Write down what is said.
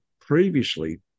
previously